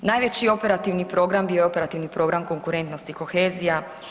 Najveći operativni program bio je operativni program konkurentnost i kohezija.